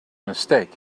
mistake